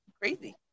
crazy